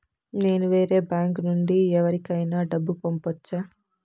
నేను వేరే బ్యాంకు నుండి ఎవరికైనా డబ్బు పంపొచ్చా?